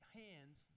hands